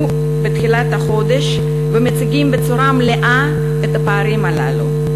בתחילת החודש ומציגים בצורה מלאה את הפערים הללו.